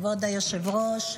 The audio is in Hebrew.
כבוד היושב-ראש,